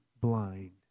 blind